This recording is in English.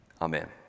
Amen